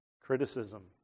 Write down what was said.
criticism